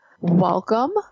Welcome